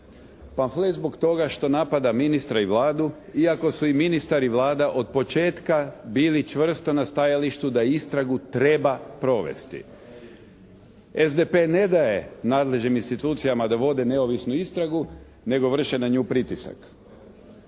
Pamflet zbog toga što napada ministra i Vladu, iako su i ministar i Vlada od početka bili čvrsto na stajalištu da istragu treba provesti. SDP ne daje nadležnim institucijama da vode neovisnu istragu nego vrše na nju pritisak.